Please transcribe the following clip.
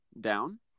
down